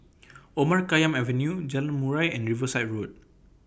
Omar Khayyam Avenue Jalan Murai and Riverside Road